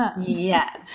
Yes